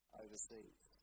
overseas